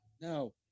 No